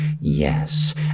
yes